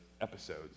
episodes